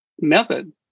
method